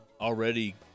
already